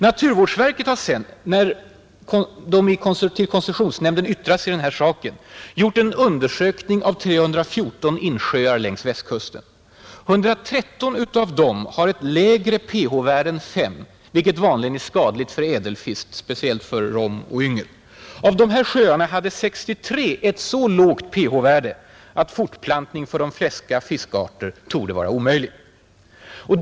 Naturvårdsverket har i samband med att det yttrade sig inför koncessionsnämnden i den här saken gjort en undersökning av 314 insjöar längs Västkusten. 113 av dem har ett lägre pH-värde än 5, vilket vanligen är skadligt för ädelfisk, speciellt för rom och yngel. 63 hade ett så lågt pH-värde att fortplantning för de flesta fiskarter torde vara omöjlig.